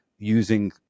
using